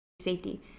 safety